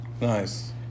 Nice